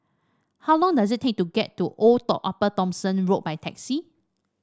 how long does it take to get to Old Upper Thomson Road by taxi